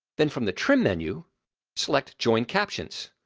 then from the trim menu select join captions,